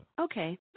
Okay